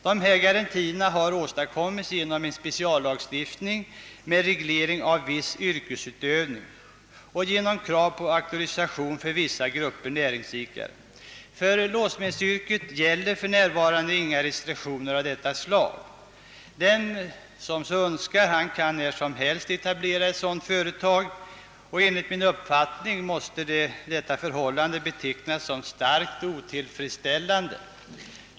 Dessa garantier har åstadkommits genom en speciallagstiftning med reglering av viss yrkesutövning och genom krav på auktorisation för vissa grupper av näringsidkare. För låssmedsyrket gäller för närvarande inga restriktioner av detta slag. Den som så önskar kan när som helst etablera ett sådant företag. Enligt min uppfattning måste detta förhållande betecknas som starkt otillfredsställande.